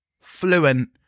fluent